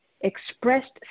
expressed